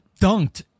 dunked